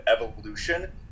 evolution